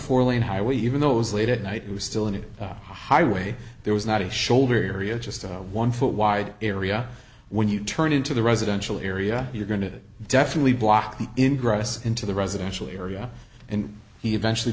four lane highway even though it was late at night it was still in it highway there was not a shoulder area just a one foot wide area when you turn into the residential area you're going it definitely blocking engross into the residential area and eventually